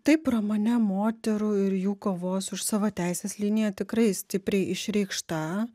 taip romane moterų ir jų kovos už savo teises linija tikrai stipriai išreikšta